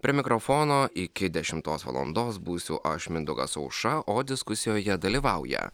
prie mikrofono iki dešimtos valandos būsiu aš mindaugas aušra o diskusijoje dalyvauja